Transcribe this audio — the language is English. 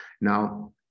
Now